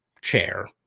chair